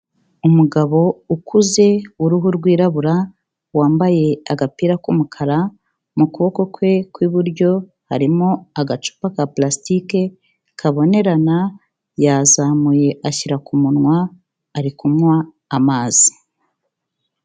Umugabo ukuze w'uruhu rwirabura, wambaye agapira k'umukara mu kuboko kwe kw'iburyo harimo agacupa ka pulasitike kabonerana, yazamuye ashyira ku munwa, ari kunywa amazi.